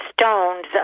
stones